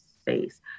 space